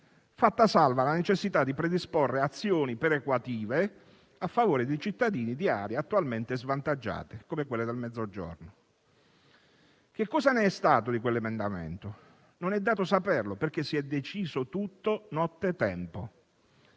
fatta salva la necessità di predisporre azioni perequative a favore dei cittadini di aree attualmente svantaggiate come quelle del Mezzogiorno. Cosa è stato di quell'emendamento? Non è dato saperlo, perché si è deciso tutto nottetempo.